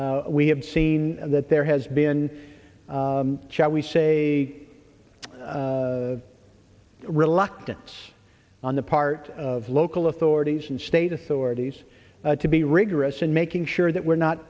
we have seen that there has been shall we say a reluctance on the part of local authorities and state authorities to be rigorous in making sure that we're not